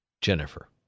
Jennifer